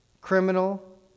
criminal